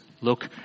Look